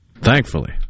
Thankfully